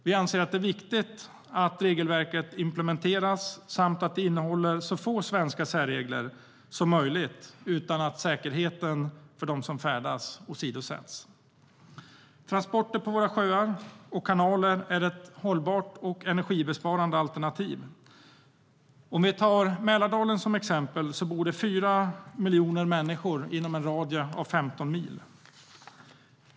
Vi anser att det är viktigt att regelverket implementeras samt att det innehåller så få svenska särregler som möjligt utan att säkerheten för dem som färdas åsidosätts. Transporter på våra sjöar och kanaler är ett hållbart och energibesparande alternativ. Låt oss ta Mälardalen som exempel. Där bor 4 miljoner människor inom en radie av 15 mil.